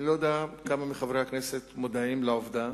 אני לא יודע כמה מחברי הכנסת מודעים לעובדה